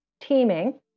teaming